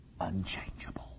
unchangeable